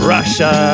Russia